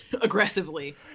aggressively